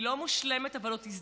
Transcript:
היא לא מושלמת, אבל זאת